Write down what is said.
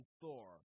Thor